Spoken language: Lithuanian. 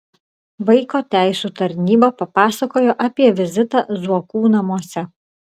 vaiko teisių tarnyba papasakojo apie vizitą zuokų namuose